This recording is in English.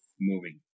moving